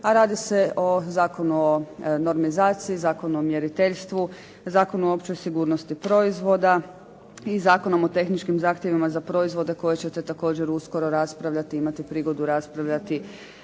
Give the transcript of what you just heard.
a radi se o Zakonu o normizaciji, Zakonu o mjeriteljstvu, Zakonu o općoj sigurnosti proizvoda i Zakonom o tehničkim zahtjevima za proizvode koje ćete također uskoro raspravljati i imati prigodu raspravljati